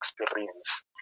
experience